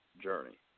journey